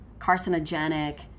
carcinogenic